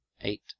eight